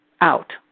out